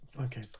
okay